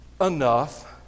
enough